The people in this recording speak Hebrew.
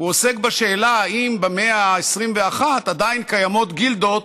הוא עוסק בשאלה אם במאה ה-21 עדיין קיימות גילדות